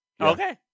Okay